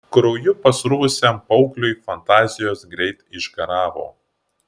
krauju pasruvusiam paaugliui fantazijos greit išgaravo